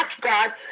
God